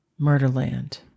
Murderland